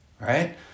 right